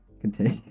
Continue